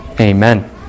Amen